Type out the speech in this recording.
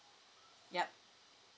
yup